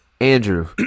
Andrew